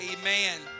Amen